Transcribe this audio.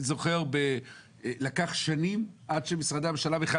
אני זוכר שלקח שנים עד שמשרדי הממשלה בכלל